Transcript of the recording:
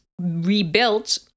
rebuilt